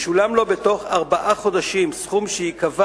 ישולם לו בתוך ארבעה חודשים סכום שייקבע